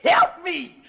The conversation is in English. yeah help me!